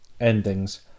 endings